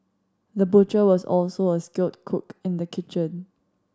the butcher was also a skilled cook in the kitchen